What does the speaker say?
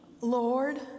Lord